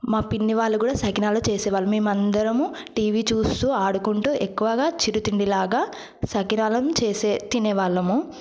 మా పిన్ని వాళ్ళు కూడా సకినాలు చేసేవాళ్లు మేమందరం కూడా టీవీ చూస్తూ ఆడుకుంటూ ఎక్కువగా చిరుతిండిలాగా సకినాలను చేసే తినేవాళ్ళము